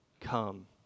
come